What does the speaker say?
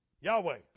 Yahweh